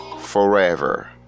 forever